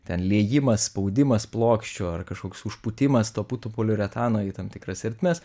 ten liejimas spaudimas plokščių ar kažkoks užpūtimas to putų poliuretano į tam tikras ertmes